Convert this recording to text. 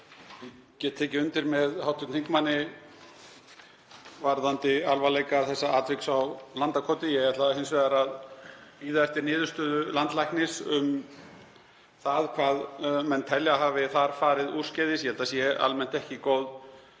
Ég get tekið undir með hv. þingmanni varðandi alvarleika þessa atviks á Landakoti. Ég ætla hins vegar að bíða eftir niðurstöðu landlæknis um það hvað menn telja að hafi þar farið úrskeiðis. Ég held að það sé almennt ekki góð